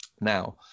Now